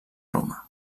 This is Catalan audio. roma